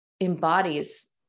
embodies